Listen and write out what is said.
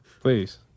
Please